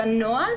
את הנוהל